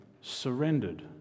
surrendered